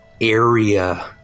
area